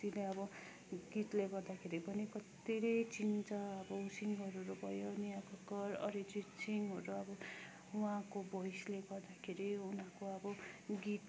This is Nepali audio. कतिले अब गीतले गर्दाखेरि पनि कत्ति धेरै चिन्छ अब ऊ सिङ्गरहरू भयो अनि अब कर अरिजित सिंहहरू अब उहाँको भोइसले गर्दाखेरि उनीहरूको अब गीत